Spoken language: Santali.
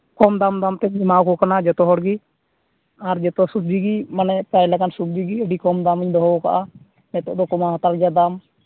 ᱠᱚᱢ ᱫᱟᱢ ᱫᱟᱢ ᱛᱤᱧ ᱮᱢᱟᱣᱟᱠᱚ ᱠᱟᱱᱟ ᱡᱚᱛᱚᱦᱚᱲᱜᱮ ᱟᱨ ᱡᱚᱛᱚ ᱥᱚᱵᱡᱤᱜᱮ ᱢᱟᱱᱮ ᱯᱨᱟᱭ ᱞᱮᱠᱟᱱ ᱥᱚᱵᱡᱤ ᱜᱮ ᱟᱹᱰᱤ ᱠᱚᱢ ᱫᱟᱢ ᱤᱧ ᱫᱚᱦᱚ ᱟᱠᱟᱫᱼᱟ ᱱᱤᱛᱚᱜ ᱫᱚ ᱠᱚᱢᱟ ᱦᱟᱛᱟᱲ ᱜᱮᱭᱟ ᱫᱟᱢ